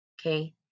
Okay